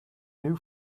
new